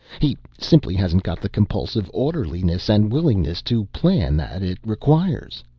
he simply hasn't got the compulsive orderliness and willingness to plan that it requires.